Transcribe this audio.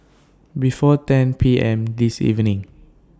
before ten P M This evening